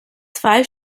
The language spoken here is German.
zwei